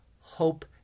hope